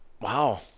Wow